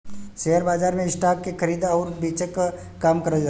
share बाजार में stock के खरीदे आउर बेचे क काम करल जाला